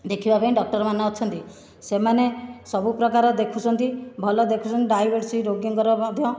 ଦେଖିବା ପାଇଁ ଡକ୍ଟରମାନେ ଅଛନ୍ତି ସେମାନେ ସବୁପ୍ରକାର ଦେଖୁଛନ୍ତି ଭଲ ଦେଖୁଛନ୍ତି ଡାଇବେଟିସ୍ ରୋଗୀଙ୍କର ମଧ୍ୟ